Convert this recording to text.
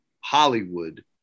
Hollywood